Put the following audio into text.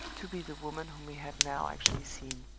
to be the woman whom he had now actually seen.